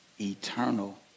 eternal